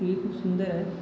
T V खूप सुंदर आहे